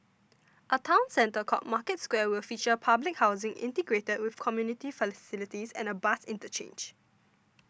a town centre called Market Square will feature public housing integrated with community facilities and a bus interchange